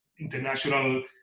international